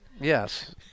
Yes